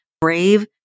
brave